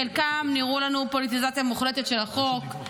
חלקם נראו לנו פוליטיזציה מוחלטת של החוק,